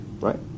right